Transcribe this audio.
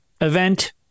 event